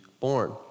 born